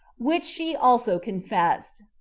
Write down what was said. which she also confessed.